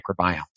microbiome